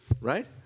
right